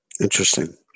Interesting